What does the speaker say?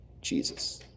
Jesus